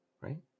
Right